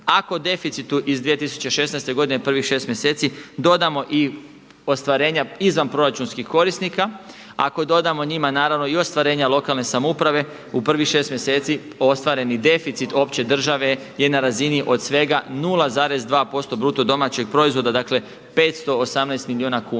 Ako deficitu iz 2016. godine prvih 6 mjeseci dodamo i ostvarenja izvanproračunskih korisnika, ako dodamo njima naravno i ostvarenja lokalne samouprave u prvih 6 mjeseci, ostvareni deficit opće države je na razini od svega 0,2% BDP-a, dakle 518 milijuna kuna.